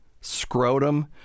scrotum